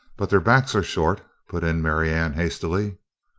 but their backs are short, put in marianne hastily.